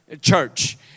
Church